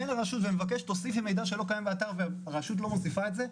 לרשות שתוסיף מידע באתר והרשות לא מוסיפה את זה,